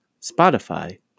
Spotify